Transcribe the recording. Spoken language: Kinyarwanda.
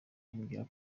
ambwira